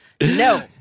No